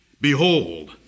Behold